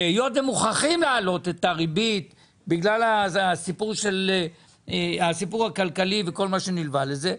היות ומוכרחים להעלות את הריבית בגלל הסיפור הכלכלי וכל מה שנלווה לזה,